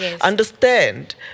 Understand